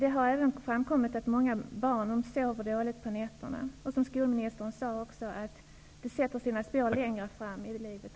Det har även framkommit att många barn sover dåligt på nätterna. Som skolministern sade sätter det sina spår längre fram i livet.